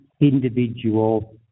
individual